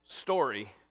story